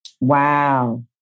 Wow